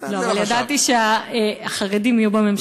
לא, אבל ידעתי שהחרדים יהיו בממשלה, בוודאות.